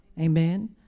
Amen